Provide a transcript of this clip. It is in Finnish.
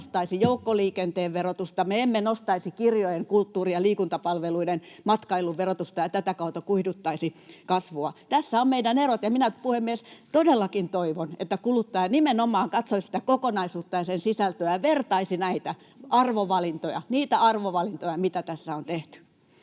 Me emme nostaisi joukkoliikenteen verotusta. Me emme nostaisi kirjojen, kulttuuri- ja liikuntapalveluiden, matkailun verotusta ja tätä kautta kuihduttaisi kasvua. Tässä ovat meidän erot. Ja minä, puhemies, todellakin toivon, että kuluttaja nimenomaan katsoisi sitä kokonaisuutta ja sen sisältöä ja vertaisi näitä arvovalintoja, niitä arvovalintoja, mitä tässä on tehty.